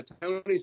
Tony's